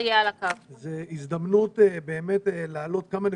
זו הזדמנות לעלות כמה נקודות,